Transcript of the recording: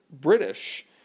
British